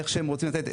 איך שהם רוצים לתת,